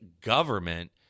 government